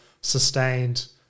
sustained